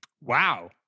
wow